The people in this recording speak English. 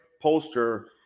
poster